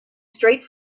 straight